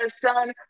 son